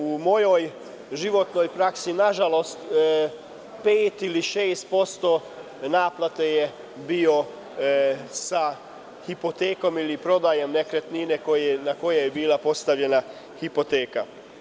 U mojoj životnoj praksi, nažalost, pet ili šest posto naplate je bio sa hipotekom ili prodajom nekretnine na kojoj je bila postavljena hipoteka.